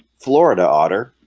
florida otter